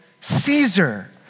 Caesar